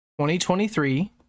2023